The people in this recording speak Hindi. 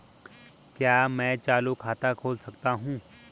क्या मैं चालू खाता खोल सकता हूँ?